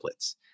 templates